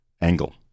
angle